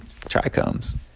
trichomes